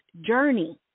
journey